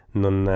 non